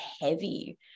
heavy